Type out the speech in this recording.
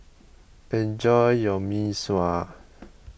enjoy your Mee Sua